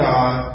God